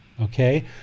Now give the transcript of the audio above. okay